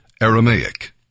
Aramaic